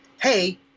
hey